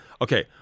Okay